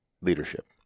leadership